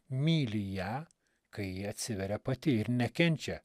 myli ją kai atsiveria pati ir nekenčia